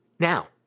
Now